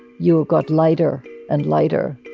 you got lighter and lighter,